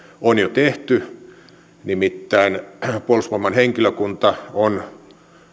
on jo tehty nimittäin puolustusvoimien henkilökunta on